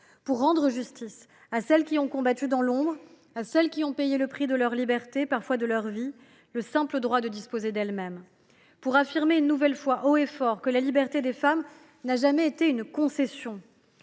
Vous rendrez ainsi justice à celles qui ont combattu dans l’ombre, à celles qui ont payé de leur liberté, parfois de leur vie, le simple droit de disposer d’elles mêmes. Vous affirmerez ainsi une nouvelle fois haut et fort que la liberté des femmes n’a jamais été une concession.